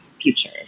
future